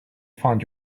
find